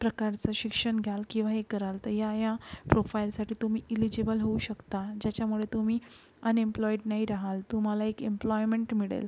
प्रकारचं शिक्षण घ्याल किंवा हे कराल तर या या प्रोफाईलसाठी तुम्ही इलिजीबल होऊ शकता ज्याच्यामुळे तुम्ही अनइम्प्लॉईट नाही राहात तुम्हाला एक एम्प्लॉयमेंट मिळेल